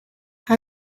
how